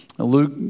Luke